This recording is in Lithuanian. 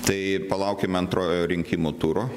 tai palaukime antrojo rinkimų turo